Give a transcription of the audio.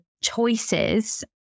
choices